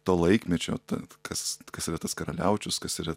to laikmečio ta kas kas yra tas karaliaučius kas yra